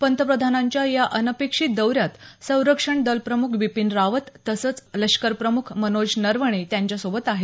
पंतप्रधानांच्या या अनपेक्षित दौऱ्यात संरक्षण दल प्रमुख बिपीन रावत तसंच लष्कर प्रमुख मनोज नरवणे त्यांच्यासोबत आहेत